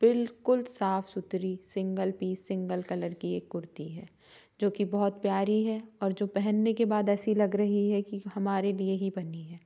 बिल्कुल साफ सुथरी सिंगल पीस सिंगल कलर की ये कुर्ती है जो कि बहुत प्यारी है जो पहनने के बाद ऐसी लग रही है कि हमारे लिए ही बनी है